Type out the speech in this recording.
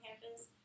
campus